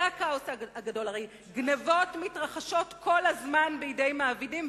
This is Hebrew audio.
הרי גנבות מתרחשות כל הזמן בידי מעבידים,